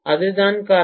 அதுதான் காரணம்